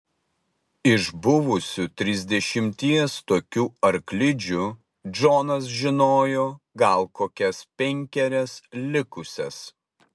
iš buvusių trisdešimties tokių arklidžių džonas žinojo gal kokias penkerias likusias